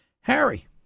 Harry